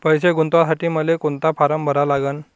पैसे गुंतवासाठी मले कोंता फारम भरा लागन?